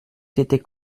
t’étais